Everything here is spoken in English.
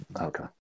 Okay